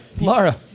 Laura